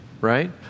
right